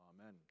Amen